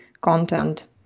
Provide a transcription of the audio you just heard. content